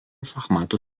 šachmatų